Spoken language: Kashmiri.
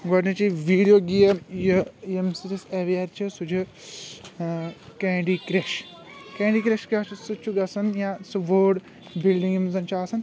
گۄڈٕنِچی ویٖڈیو گیم یہِ ییٚمہِ سۭتۍ أسۍ ایٚویر چھِ سُہ چھ کینڈی کرش کینڈی کرش کیٛاہ چُھ سُہ چُھ گژھان یا وأڈ بِلڈِِنگ یِمہٕ زن چھ آسان